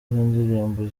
indirimbo